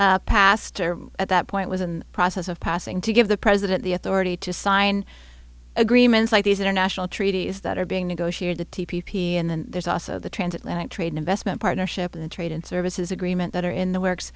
passed or at that point was and process of passing to give the president the authority to sign agreements like these international treaties that are being negotiated the t p p and then there's also the transatlantic trade investment partnership and trade and services agreement that are in the works